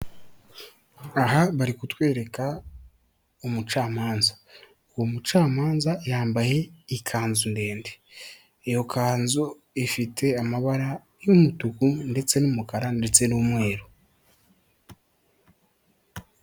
Aha bari kutwereka umucamanza, uwo mucamanza yambaye ikanzu ndende, iyo kanzu ifite amabara y'umutuku ndetse n'umukara ndetse n'umweru.